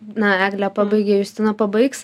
na eglė pabaigė justina pabaigs